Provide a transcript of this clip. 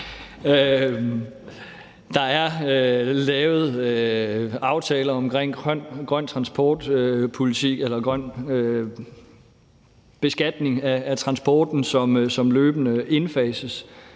Der er lavet aftaler omkring grøn transport-politik eller grøn beskatning af transporten, som løbende indfases,